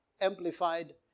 Amplified